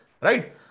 right